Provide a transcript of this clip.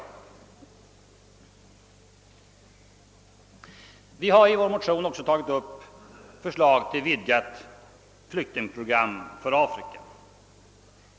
I våra motioner har vi också tagit upp förslag till vidgat flyktingprogram för Afrika.